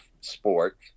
sport